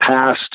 past